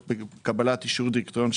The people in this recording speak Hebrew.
דירקטוריון,